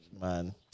Man